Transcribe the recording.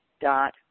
dot